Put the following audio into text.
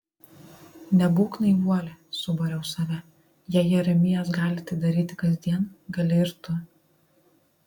nebūk naivuolė subariau save jei jeremijas gali tai daryti kasdien gali ir tu